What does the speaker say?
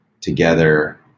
together